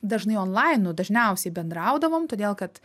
dažnai onlainu dažniausiai bendraudavom todėl kad